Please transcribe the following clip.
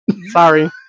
Sorry